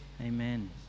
Amen